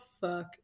fuck